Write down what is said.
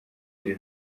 iri